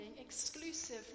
exclusive